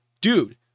Dude